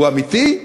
הוא אמיתי,